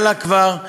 היה לה כבר עבר,